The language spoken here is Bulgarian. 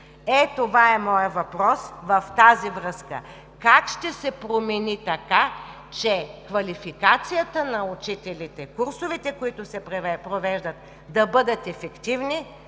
Това е моят въпрос в тази връзка: как ще се промени така, че квалификацията на учителите, курсовете, които се провеждат, да бъдат ефективни,